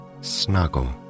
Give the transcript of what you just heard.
Snuggle